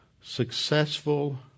successful